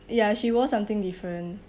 ya she wore something different